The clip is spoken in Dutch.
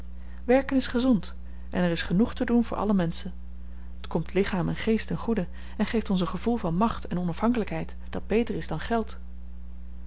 werken is gezond en er is genoeg te doen voor alle menschen t komt lichaam en geest ten goede en geeft ons een gevoel van macht en onafhankelijkheid dat beter is dan geld